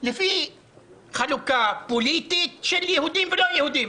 לפי חלוקה פוליטית של יהודים ולא יהודים.